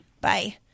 bye